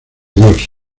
dios